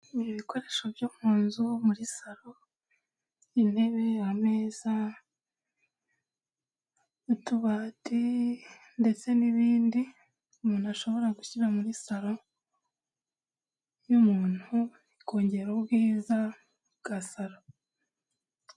Gura ibikoresho byo mu nzu muri saro, intebe ameza n'utubati, ndetse n'ibindi umuntu ashobora gushyira muri saro y'umuntu ikongera ubwiza bwa saro.